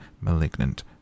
malignant